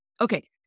Okay